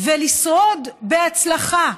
ולשרוד בהצלחה,